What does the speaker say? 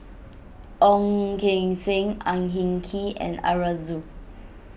Ong Keng Sen Ang Hin Kee and Arasu